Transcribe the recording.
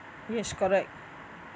yes correct